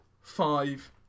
five